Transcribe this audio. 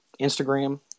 Instagram